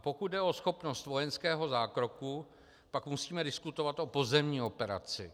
Pokud jde o schopnost vojenského zákroku, pak musíme diskutovat o pozemní operaci.